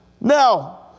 Now